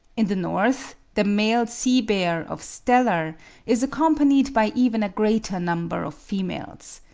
in the north, the male sea-bear of steller is accompanied by even a greater number of females.